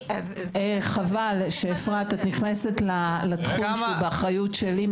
אפרת, חבל שאת נכנסת לתחום שהוא באחריות שלי.